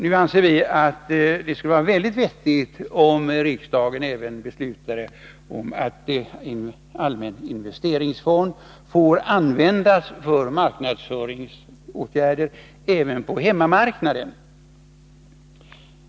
Nu anser vi att det skulle vara väldigt vettigt om riksdagen även beslutade att allmän investeringsfond får användas för marknadsföringsåtgärder även på hemmamarknaden.